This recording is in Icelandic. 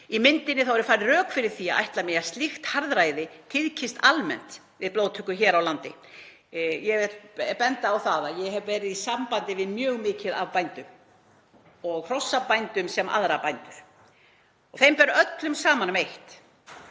Í myndinni eru færð rök fyrir því að ætla megi að slíkt harðræði tíðkist almennt við blóðtökuna hér á landi. Ég vil benda á að ég hef verið í sambandi við mjög marga bændur, hrossabændur sem aðra bændur, og þeim ber öllum saman um eitt